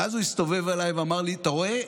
ואז הוא הסתובב אלי ואמר לי: אתה רואה?